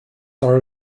are